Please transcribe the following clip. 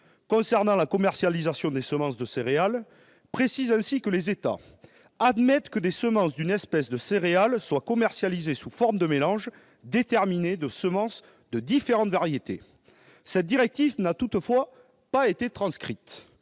concernant la commercialisation des semences de céréales, précise ainsi que les États « admettent que des semences d'une espèce de céréales soient commercialisées sous forme de mélanges déterminés de semences de différentes variétés ». Cette directive n'a toutefois pas été transposée